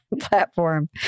platform